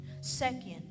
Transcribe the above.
Second